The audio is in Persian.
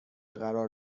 قرار